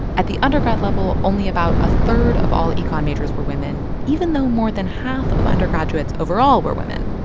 at the undergrad level, only about a third of all econ majors were women even though more than half of undergraduates overall were women.